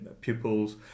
pupils